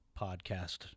podcast